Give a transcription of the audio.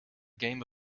game